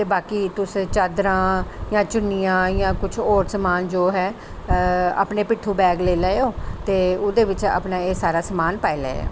ते बाकी तुस चादरां जां चुन्नियां जां कुछ और समान जो है अपनी पिट्ठ उप्पर बैग लेई लैओ ते ओहदे बिच अपने एह् सारा समान पाई लैओ